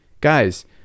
guys